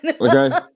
okay